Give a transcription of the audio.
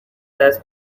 دست